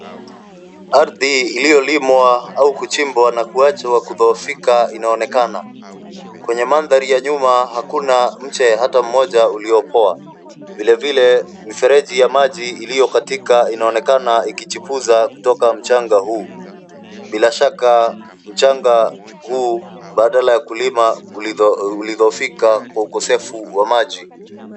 Ardhi iliyolimwa au kuchimbwa na kuachwa kudhoofika inaonekana. Kwenye mandhari ya nyuma hakuna mche hata moja uliyopoa. Vilevile mifereji ya maji iliyo katika inaonekana ikichipuza kutoka mchanga huu. Bila shaka mchanga huu badala ya kulima ulidhoofika kwa ukosefu wa maji.